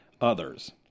others